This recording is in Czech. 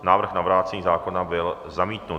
Návrh na vrácení zákona byl zamítnut.